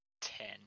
Ten